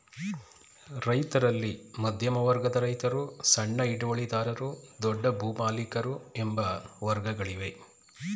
ರೈತರಲ್ಲಿ ಮಧ್ಯಮ ವರ್ಗದ ರೈತರು, ಸಣ್ಣ ಹಿಡುವಳಿದಾರರು, ದೊಡ್ಡ ಭೂಮಾಲಿಕರು ಎಂಬ ವರ್ಗಗಳಿವೆ